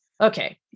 Okay